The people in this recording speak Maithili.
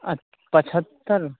आ पचहत्तरि